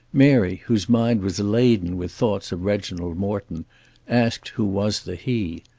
mary whose mind was laden with thoughts of reginald morton asked who was the he.